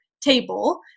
table